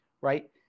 right